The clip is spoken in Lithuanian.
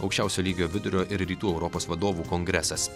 aukščiausio lygio vidurio ir rytų europos vadovų kongresas